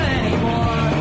anymore